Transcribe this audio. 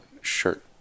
shirt